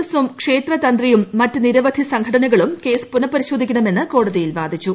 എസും ക്ഷേത്ര തന്ത്രിയും മറ്റ് നിരവധി സംഘടനകളും കേസ് പുനഃപരിശോധിക്കണമെന്ന് കോടതിയിൽ വാദിച്ചു